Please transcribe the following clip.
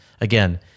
Again